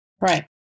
Right